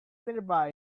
nearby